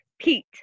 Pete